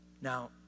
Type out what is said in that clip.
Now